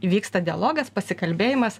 vyksta dialogas pasikalbėjimas